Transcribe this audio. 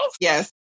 Yes